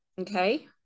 okay